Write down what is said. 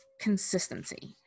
consistency